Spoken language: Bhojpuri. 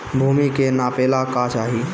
भूमि के नापेला का चाही?